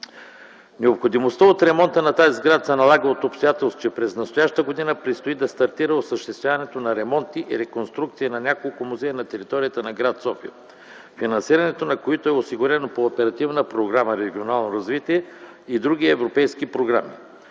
Необходимостта от ремонта на тази сграда се налага от обстоятелството, че през настоящата година предстои да стартира осъществяването на ремонти и реконструкции и на няколко музея на територията на гр. София, финансирането на които е осигурено по Оперативна програма „Регионално развитие” и други европейски програми.